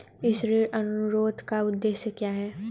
इस ऋण अनुरोध का उद्देश्य क्या है?